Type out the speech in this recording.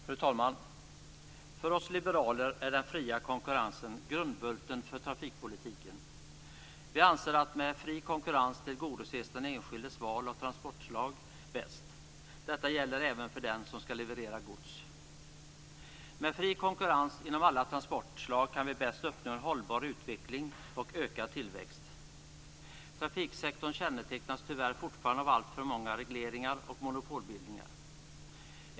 Fru talman! För oss liberaler är den fria konkurrensen grundbulten för trafikpolitiken. Vi anser att den enskildes val av transportslag bäst tillgodoses med fri konkurrens. Detta gäller även för den som skall leverera gods. Med fri konkurrens inom alla transportslag kan vi bäst uppnå en hållbar utveckling och ökad tillväxt. Trafiksektorn kännetecknas tyvärr fortfarande av alltför många regleringar och monopolbildningar.